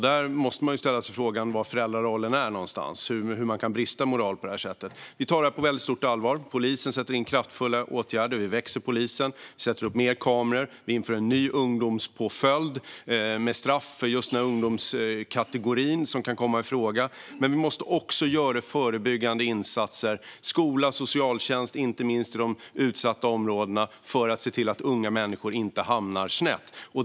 Där måste man ställa sig frågan hur föräldrarollen ser ut och hur moralen kan brista på det här sättet. Vi tar det här på väldigt stort allvar. Polisen sätter in kraftfulla åtgärder, polisen växer, vi sätter upp fler kameror och vi inför en ny ungdomspåföljd med straff för just den här ungdomskategorin som kan komma i fråga. Men vi måste också göra förebyggande insatser genom skola och socialtjänst inte minst i de utsatta områdena för att se till att unga människor inte hamnar snett.